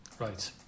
right